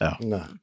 No